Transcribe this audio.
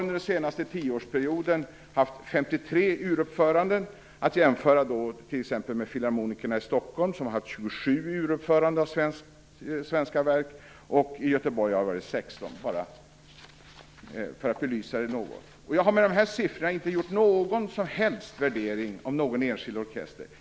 Under den senaste tioårsperioden har orkestern haft 53 uruppföranden, att jämföra med t.ex. Filharmonikerna i Stockholm som har haft 27 uruppföranden av svenska verk. I Göteborg har det varit 16. Jag tar upp detta för att belysa det hela något. Med dessa siffror har jag inte gjort någon som helst värdering av någon enskild orkester.